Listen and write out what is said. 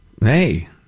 Hey